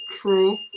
True